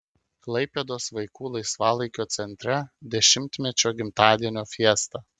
klaipėdos vaikų laisvalaikio centre dešimtmečio gimtadienio fiesta